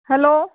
hello